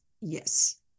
yes